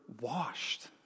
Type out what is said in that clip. washed